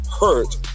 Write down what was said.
hurt